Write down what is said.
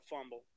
fumble